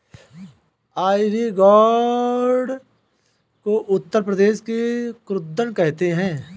ivy gourd को उत्तर प्रदेश में कुद्रुन कहते हैं